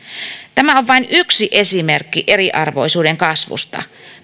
on vain yksi esimerkki eriarvoisuuden kasvusta